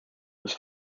was